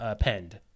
penned